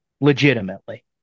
legitimately